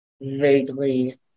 vaguely